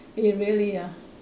eh really ah